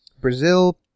Brazil